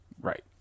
Right